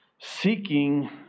seeking